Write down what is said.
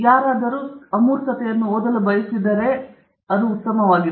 ಯಾರಾದರೂ ಕೇವಲ ಅಮೂರ್ತತೆಯನ್ನು ಓದಲು ಬಯಸಿದರೆ ಮತ್ತು ಬೇರೆಡೆ ಮಾಡಿ ಅದು ಉತ್ತಮವಾಗಿದೆ